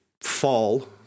fall